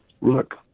Look